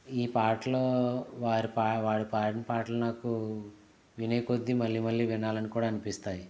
ఈ పాటలు వారు పాడిన వారు పాడిన పాటలు నాకు వినేకొద్ది మళ్ళీ మళ్ళీ వినాలని కూడా అనిపిస్తాయి